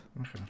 Okay